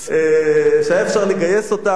שהיה אפשר לגייס אותם,